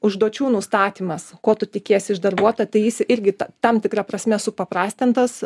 užduočių nustatymas ko tu tikiesi iš darbuotojo tai jis irgi ta tam tikra prasme supaprastintas